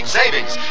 savings